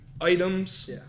Items